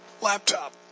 laptop